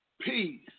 Peace